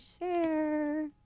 share